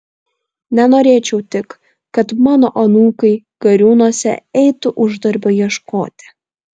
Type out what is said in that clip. nenorėčiau tik kad mano anūkai gariūnuose eitų uždarbio ieškoti